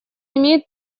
имеет